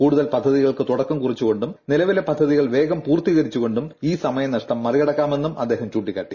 കൂടുതൽ പദ്ധതികൾക്ക് തുടക്കം കുറിച്ചുകൊണ്ടും നിലവിലെ പദ്ധതികൾ വേഗം പൂർത്തീകരിച്ചുകൊണ്ടും ഈ സമയനഷ്ടം മറികടക്കണണെന്നും അദ്ദേഹം ചൂണ്ടിക്കാട്ടി